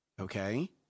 Okay